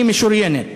היא משוריינת.